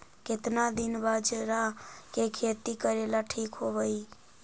केतना दिन बाजरा के खेती करेला ठिक होवहइ?